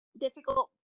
difficult